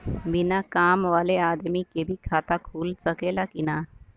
बिना काम वाले आदमी के भी खाता खुल सकेला की ना?